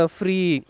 free